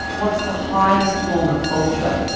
what's the highest form of culture?